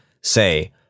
say